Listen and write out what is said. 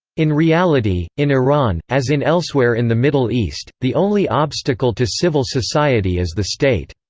in reality, in iran, as in elsewhere in the middle east, the only obstacle to civil society is the state.